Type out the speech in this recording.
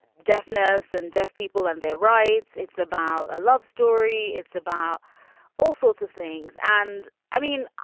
deafness and deaf people and their rights. it's about a love story it's about all sorts of things and i mean,